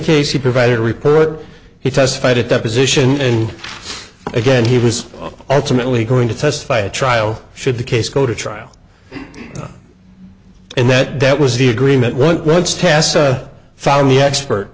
he provided report he testified at deposition and again he was ultimately going to testify a trial should the case go to trial and that that was the agreement went once tessa found the expert